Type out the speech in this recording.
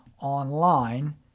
online